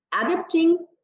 adapting